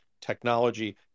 technology